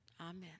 Amen